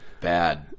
bad